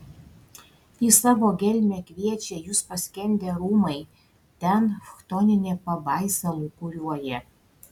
į savo gelmę kviečia jus paskendę rūmai ten chtoninė pabaisa lūkuriuoja